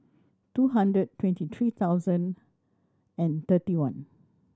two hundred twenty three thousand and thirty one